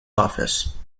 office